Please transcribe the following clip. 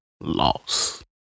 loss